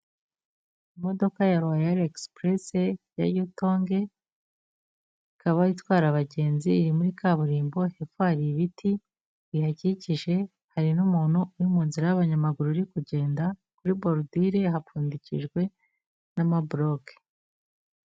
Imodoka ya Royal Express ya yutonge ikaba itwara abagenzi iri muri kaburimbo hepfo hari ibiti bihakikije, hari n'umuntu uri mu nzira y'abanyamaguru uri kugenda kuri borudire harupfundikijwe n'amaboloke.